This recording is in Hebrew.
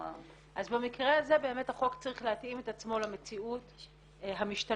אז במקרה הזה החוק צריך להתאים את עצמו למציאות המשתנה,